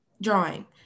drawing